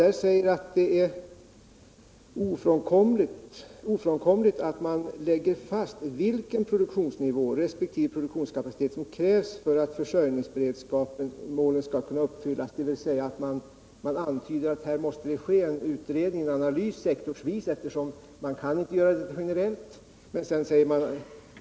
De säger där: ”Det är ofrånkomligt att man lägger fast vilken produktionsnivå resp. produktionskapacitet som krävs för att försörjningsberedskapsmålen skall kunna uppfyllas.” Man antyder alltså att det måste ske en bred analys sektorsvis eftersom den inte kan göras generellt.